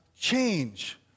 change